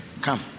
come